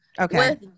Okay